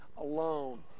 alone